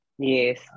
Yes